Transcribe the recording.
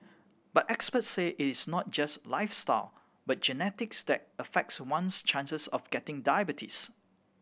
but experts say it is not just lifestyle but genetics that affects one's chances of getting diabetes